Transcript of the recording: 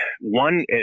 one